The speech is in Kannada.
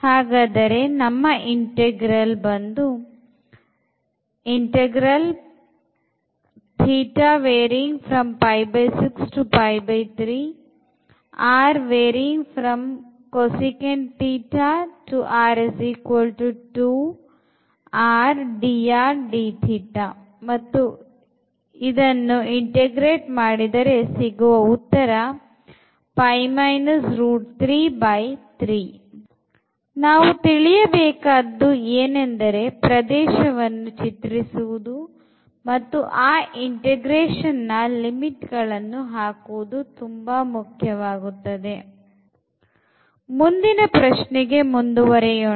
ಆದ್ದರಿಂದ ನಾವು ತಿಳಿಯಬೇಕಾದ್ದು ಏನೆಂದರೆ ಪ್ರದೇಶವನ್ನು ಚಿತ್ರಿಸುವುದು ಮತ್ತು ಆ integrationನ limitಗಳನ್ನು ಹಾಕುವುದು ತುಂಬಾ ಮುಖ್ಯವಾಗುತ್ತದೆ ಮುಂದಿನ ಪ್ರಶ್ನೆಗೆ ಮುಂದುವರೆಯೋಣ